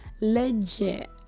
legit